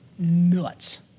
nuts